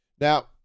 now